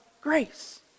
grace